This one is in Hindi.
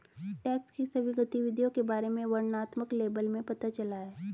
टैक्स की सभी गतिविधियों के बारे में वर्णनात्मक लेबल में पता चला है